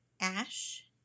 ash